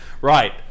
right